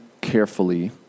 carefully